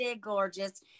gorgeous